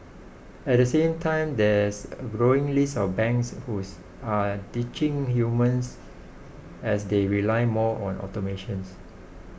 at the same time there's a growing list of banks whose are ditching humans as they rely more on automations